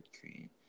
cream